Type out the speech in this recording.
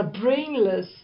brainless